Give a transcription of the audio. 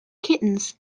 kittens